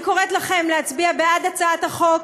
אני קוראת לכם להצביע בעד הצעת החוק,